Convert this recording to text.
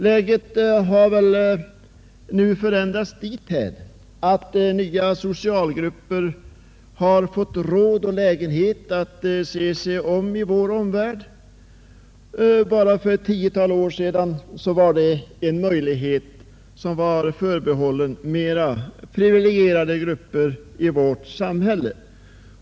Läget har väl nu förändrats dithän att nya socialgrupper har fått råd och lägenhet att se sig om i världen. Bara för ett tiotal år sedan var det en möjlighet förbehållen endast privilegierade grupper i vårt samhälle.